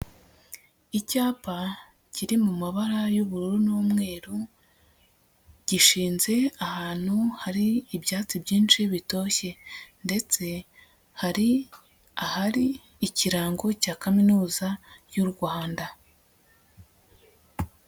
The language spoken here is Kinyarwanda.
Icyapa kiri mu mabara y'ubururu n'umweru, gishinze ahantu hari ibyatsi byinshi bitoshye ndetse hari ahari ikirango cya Kaminuza y'u Rwanda.